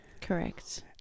Correct